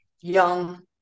young